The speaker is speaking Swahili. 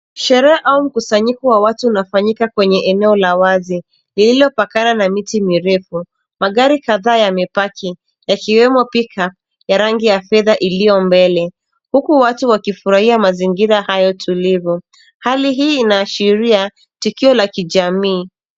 Sherehe au mkusanyiko wa watu unafanyika kwenye eneo la wazi lililopakana na miti mirefu. Magari kadhaa yamepaki yakiwemo pick-up ya rangi ya fedha iliyo mbele huku watu wakifurahia mazingira hayo tulivu. Hali hii inaashiria tukio la kijamii.